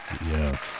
Yes